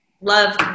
love